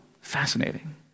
Fascinating